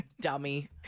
dummy